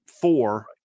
four